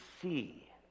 see